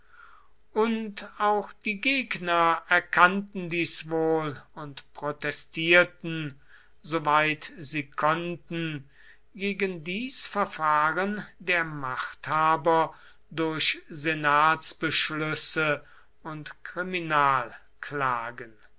und auch die gegner erkannten dies wohl und protestierten soweit sie konnten gegen dies verfahren der machthaber durch senatsbeschlüsse und